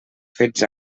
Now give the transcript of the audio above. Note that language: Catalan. fets